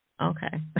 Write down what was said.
okay